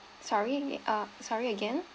sorry uh sorry again